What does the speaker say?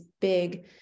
big